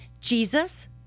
Jesus